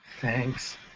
Thanks